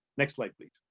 next slide please.